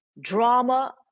drama